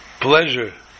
pleasure